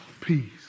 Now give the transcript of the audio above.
peace